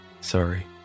sorry